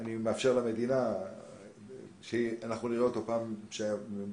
אני מאפשר למדינה שנראה אותו מחר בבוקר,